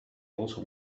also